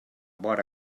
vora